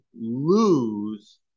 lose